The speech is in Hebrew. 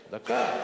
דקה.